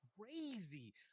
crazy